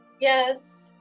yes